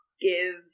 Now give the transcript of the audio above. give